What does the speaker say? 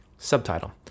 Subtitle